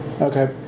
Okay